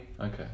Okay